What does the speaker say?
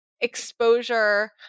exposure